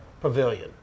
pavilion